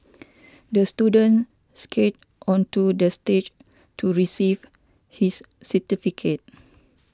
the student skated onto the stage to receive his certificate